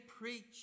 preach